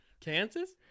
Kansas